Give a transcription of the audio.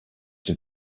den